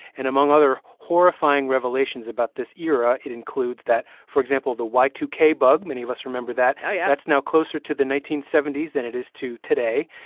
and among other horrifying revelations about this era, it includes that, for example, the y two k bug many of us remember that oh, yeah that's now closer to the nineteen seventy s than it is to today.